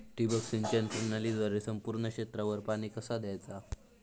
ठिबक सिंचन प्रणालीद्वारे संपूर्ण क्षेत्रावर पाणी कसा दयाचा?